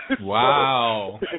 Wow